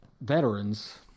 veterans